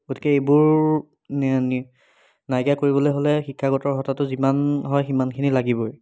গতিকে এইবোৰ না নাইকীয়া কৰিবলৈ হ'লে শিক্ষাগত অৰ্হতাটো যিমান হয় সিমানখিনি লাগিবই